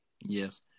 Yes